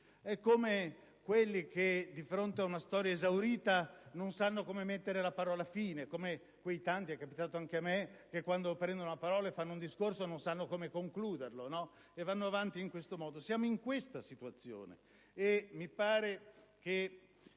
È come coloro che di fronte ad una storia esaurita non sanno come mettere la parola fine; come quei tanti - è capitato anche a me - che quando prendono la parola e fanno un discorso non sanno come concluderlo e vanno avanti in questo modo. Siamo in questa situazione. Mi pare che